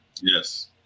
Yes